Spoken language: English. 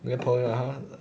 没朋友 ah